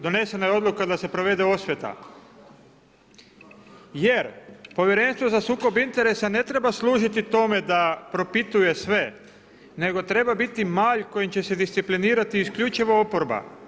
Donesena je odluka da se provede osveta, jer Povjerenstvo za sukob interesa ne treba služiti tome da propituje sve, nego treba biti malj kojim će se disciplinirati isključivo oporba.